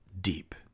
deep